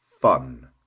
fun